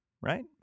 right